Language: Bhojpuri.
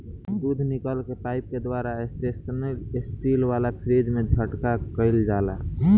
दूध निकल के पाइप के द्वारा स्टेनलेस स्टील वाला फ्रिज में इकठ्ठा कईल जाला